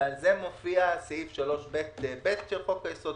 ועל זה מופיע סעיף 3ב(ב) של חוק היסוד,